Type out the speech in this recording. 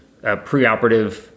preoperative